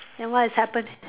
and what has happened